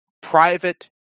private